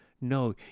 no